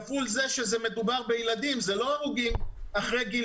כפול זה שמדובר בילדים ולא בהרוגים מעל גיל